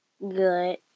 good